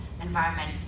environment